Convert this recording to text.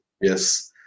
yes